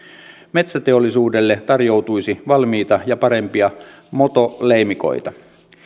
metsäteollisuudelle tarjoutuisi valmiita ja parempia motoleimikoita